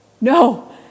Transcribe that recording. no